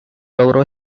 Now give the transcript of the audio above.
logró